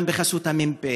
גם בחסות המ"פ,